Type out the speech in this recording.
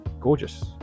gorgeous